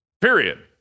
period